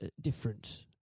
different